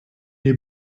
you